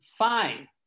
fine